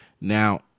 Now